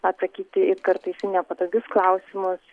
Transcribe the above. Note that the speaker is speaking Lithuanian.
atsakyti į kartais į nepatogius klausimus